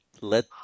Let